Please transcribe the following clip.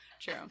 True